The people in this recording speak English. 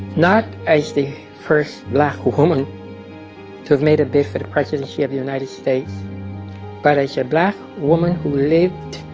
not as the first black woman to have made a bid for the presidency of the united states but as a so black woman who lived